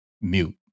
mute